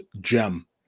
GEM